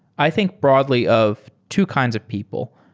i think broadly of two kinds of people.